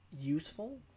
useful